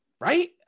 Right